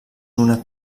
una